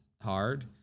hard